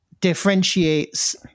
differentiates